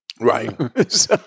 Right